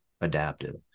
adaptive